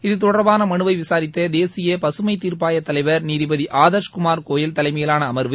இதுதொடர்பான மனுவை விசாரித்த தேசிய பகுமை தீர்ப்பாயத் தலைவர் நீதிபதி ஆதர்ஷ்குமார் கோயல் தலைமையிலான அமர்வு